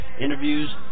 Interviews